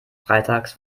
freitags